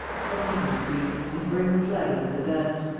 come hither, sweet, and bring a flagon of the best,